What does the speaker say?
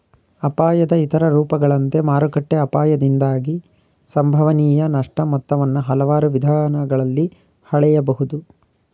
ಅಪಾಯದ ಇತರ ರೂಪಗಳಂತೆ ಮಾರುಕಟ್ಟೆ ಅಪಾಯದಿಂದಾಗಿ ಸಂಭವನೀಯ ನಷ್ಟ ಮೊತ್ತವನ್ನ ಹಲವಾರು ವಿಧಾನಗಳಲ್ಲಿ ಹಳೆಯಬಹುದು